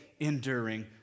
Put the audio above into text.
enduring